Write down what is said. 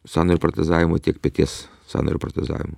sąnario protezavimu tiek peties sąnario protezavimu